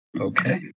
Okay